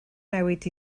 newid